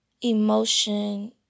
emotion